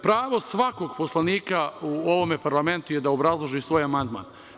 Pravo svakog poslanika u ovome parlamentu je da obrazloži svoj amandman.